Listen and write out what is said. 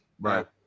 Right